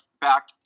back